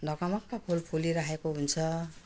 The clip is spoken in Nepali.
ढकमक्क फुल फुलिराखेको हुन्छ